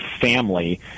family